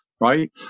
right